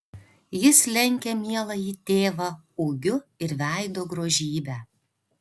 jis lenkia mieląjį tėvą ūgiu ir veido grožybe